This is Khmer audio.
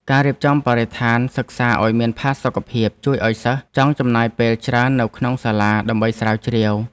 ការរៀបចំបរិស្ថានសិក្សាឱ្យមានផាសុកភាពជួយឱ្យសិស្សចង់ចំណាយពេលច្រើននៅក្នុងសាលាដើម្បីស្រាវជ្រាវ។